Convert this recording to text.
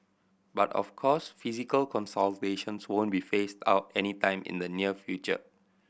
but of course physical consultations won't be phased out anytime in the near future